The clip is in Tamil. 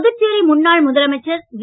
புதுச்சேரி முன்னாள் முதலமைச்சர் வி